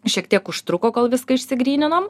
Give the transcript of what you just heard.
šiek tiek užtruko kol viską išsigryninom